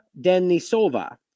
Denisova